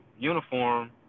uniform